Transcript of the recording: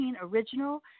original